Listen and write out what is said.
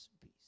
peace